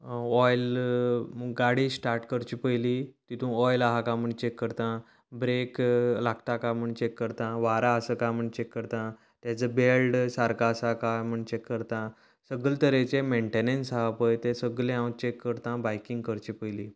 oil गाडी start करचे पयलीं तितू ऑयल आहा काय म्हूण चॅक करता ब्रेक लागता काय म्हूण चेक करता वारो आसा काय म्हूण चेक करता तेजो बेल्ड सारको आसा काय म्हूण चेक करता सगले तरेचे मेन्टेंन्स आसा पय तें सगलें हांव चेक करता बायकिंग करचे पयलीं